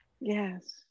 Yes